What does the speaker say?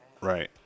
right